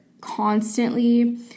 constantly